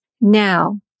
Now